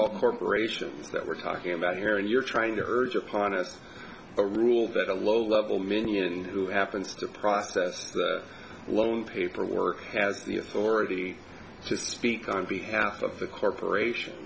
all corporations that we're talking about here and you're trying to urge upon us a rule that a low level minion who happens to process the loan paperwork has the authority to speak on behalf of the corporation